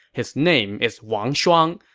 his name is wang shuang.